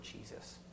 Jesus